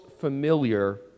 familiar